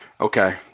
okay